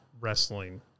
wrestling –